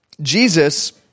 Jesus